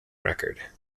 record